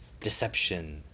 deception